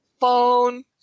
phone